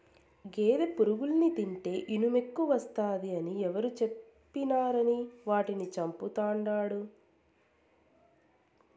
గేదె పురుగుల్ని తింటే ఇనుమెక్కువస్తాది అని ఎవరు చెప్పినారని వాటిని చంపతండాడు